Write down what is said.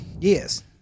Yes